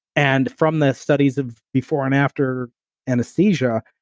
and from the studies of before and after anesthesia,